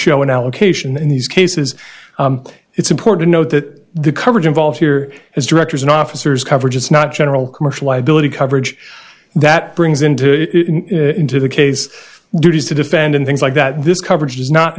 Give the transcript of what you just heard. show an allocation in these cases it's important note that the coverage involved here has directors and officers coverages not general commercial liability coverage that brings into it into the case duties to defend and things like that this coverage does not